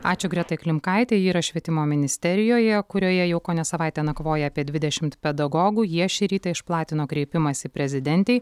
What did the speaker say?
ačiū gretai klimkaitei ji yra švietimo ministerijoje kurioje jau kone savaitę nakvoja apie dvidešimt pedagogų jie šį rytą išplatino kreipimąsi prezidentei